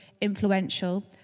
influential